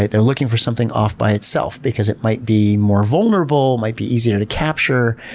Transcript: they're looking for something off by itself because it might be more vulnerable, might be easier to capture.